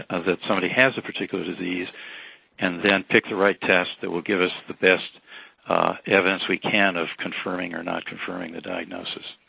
that somebody has a particular disease and then pick the right test that will give us the best evidence we can of confirming or not confirming the diagnosis.